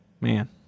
man